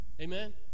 Amen